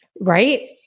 Right